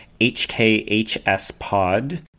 HKHSpod